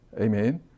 Amen